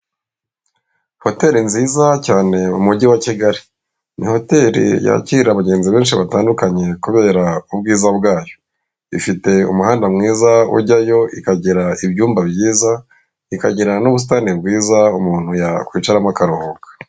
Hoteli nziza cyane umujyi wa Kigali ni hoteli yakira abagenzi benshi batandukanye kubera ubwiza bwayo. Ifite umuhanda mwiza ujyayo ikagira ibyumba byiza, ikagira n'ubusitani bwiza umuntu yakwicaramo akaruhuka.